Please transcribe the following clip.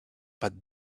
but